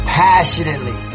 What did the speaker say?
passionately